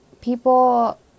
people